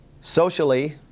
Socially